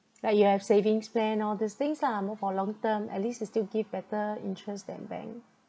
like you have savings plan all these things lah more for long term at least they still give better interest than bank